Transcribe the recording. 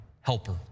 helper